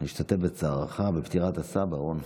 אני משתתף בצערך בפטירת הסבא, רון.